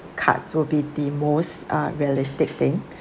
cards will be the most uh realistic thing